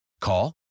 Call